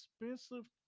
expensive